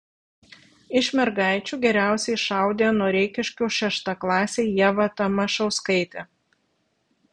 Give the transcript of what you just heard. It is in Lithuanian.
iš mergaičių geriausiai šaudė noreikiškių šeštaklasė ieva tamašauskaitė